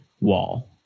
wall